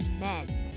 men